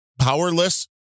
Powerless